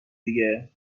دیگه